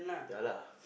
yeah lah